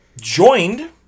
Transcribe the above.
joined